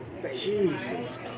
Jesus